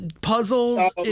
puzzles